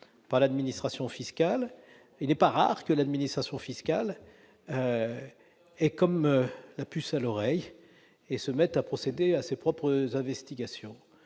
par l'administration fiscale, il n'est pas rare que cette dernière ait alors la puce à l'oreille et se mette à procéder à ses propres investigations.